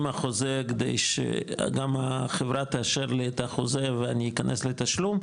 עם החוזה כדי שגם החברה תאשר לי את החוזה ואני אכנס לתשלום,